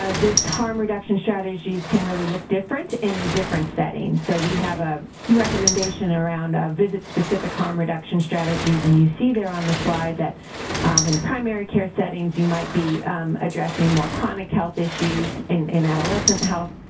ah harm reduction strategies can really look different in different settings. so, we have a recommendation around visit-specific harm reduction strategies. and you see there, on the slide, that in primary care settings, you might be addressing more chronic health issues. in in adolescent health,